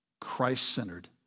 Christ-centered